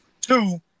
Two